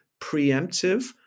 preemptive